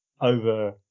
over